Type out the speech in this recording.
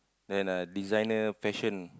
then uh designer fashion